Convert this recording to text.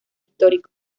históricos